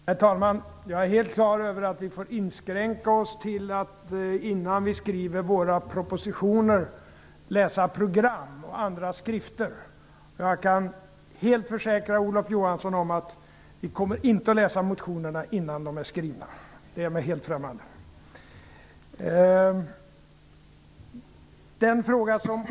Herr talman! Jag är helt klar över att vi får inskränka oss till att läsa program och andra skrifter innan vi skriver våra propositioner. Jag kan försäkra Olof Johansson om att vi inte kommer att läsa motionerna innan de är skrivna. Det är mig helt främmande.